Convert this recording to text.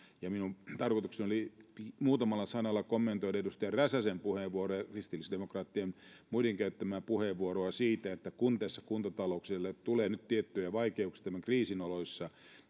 minun tarkoitukseni oli muutamalla sanalla kommentoida edustaja räsäsen puheenvuoroa ja muidenkin kristillisdemokraattien käyttämää puheenvuoroa siitä että kun tässä kuntatalouksille tulee tiettyjä vaikeuksia tämän kriisin oloissa